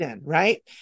Right